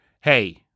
hey